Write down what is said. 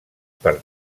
per